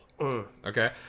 Okay